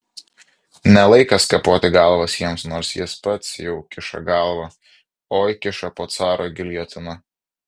ne laikas kapoti galvas jiems nors jis pats jau kiša galvą oi kiša po caro giljotina